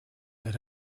that